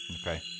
Okay